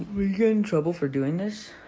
will you get in trouble for doing this?